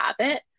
habit